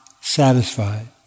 satisfied